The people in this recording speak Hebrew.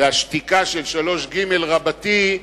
והשתיקה של 3ג רבתי,